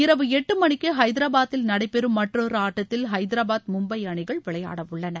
இரவு எட்டு மணிக்கு ஹைதராபாதில் நடைபெறும் மற்றொரு ஆட்டத்தில் ஹைதராபாத் மும்பை அணிகள் விளையாடவுள்ளன